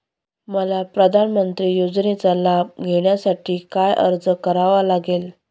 मला प्रधानमंत्री योजनेचा लाभ घेण्यासाठी काय अर्ज करावा लागेल?